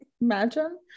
Imagine